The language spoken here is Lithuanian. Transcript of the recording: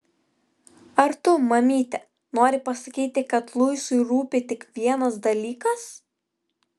ar tu mamyte nori pasakyti kad luisui rūpi tik vienas dalykas